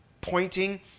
pointing